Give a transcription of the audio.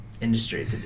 industry